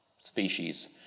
species